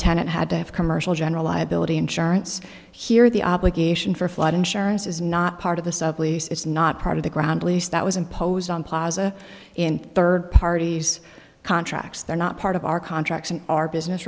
tenant had to have commercial general liability insurance here the obligation for flood insurance is not part of the sublease it's not part of the ground least that was imposed on plaza in third parties contracts they're not part of our contracts and our business